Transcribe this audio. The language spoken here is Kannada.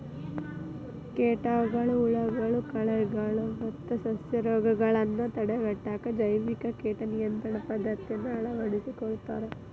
ಕೇಟಗಳು, ಹುಳಗಳು, ಕಳೆಗಳು ಮತ್ತ ಸಸ್ಯರೋಗಗಳನ್ನ ತಡೆಗಟ್ಟಾಕ ಜೈವಿಕ ಕೇಟ ನಿಯಂತ್ರಣ ಪದ್ದತಿಯನ್ನ ಅಳವಡಿಸ್ಕೊತಾರ